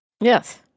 Yes